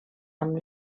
amb